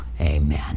Amen